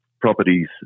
properties